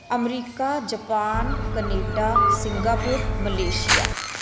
America Japan Canada Singapore Malaysia